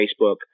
Facebook